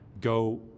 go